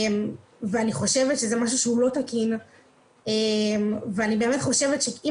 ואני חושבת שזה משהו שהוא לא תקין ואני באמת חושבת שאם